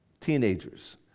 teenagers